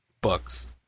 books